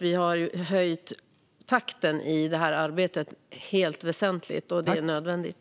Vi har alltså ökat takten väsentligt i detta arbete, vilket är nödvändigt.